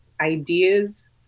ideas